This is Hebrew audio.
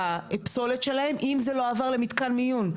הפסולת שלהן אם היא לא עברה למתקן מיון,